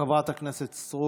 חברת הכנסת סטרוק.